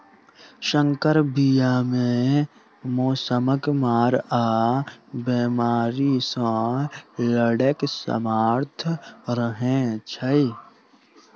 सँकर बीया मे मौसमक मार आ बेमारी सँ लड़ैक सामर्थ रहै छै